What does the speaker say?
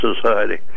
society